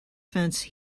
fence